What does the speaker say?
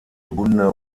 gebundene